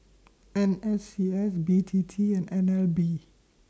N S C S B T T and N L B